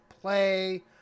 play